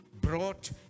brought